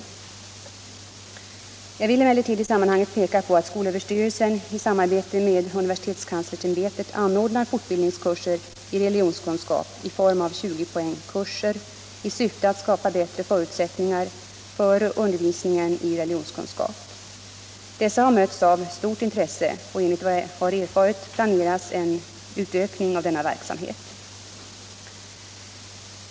1" Jag vill emellertid i sammanhanget peka på att skolöverstyrelsen i samarbete med universitetskanslersämbetet anordnar fortbildningskurser i religionskunskap i form av 20-poängskurser i syfte att skapa bättre förutsättningar för undervisningen i religionskunskap. Dessa har mötts av stort intresse, och enligt vad jag erfarit planeras en utökning av denna verksamhet.